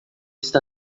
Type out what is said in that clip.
está